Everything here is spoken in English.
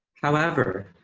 however,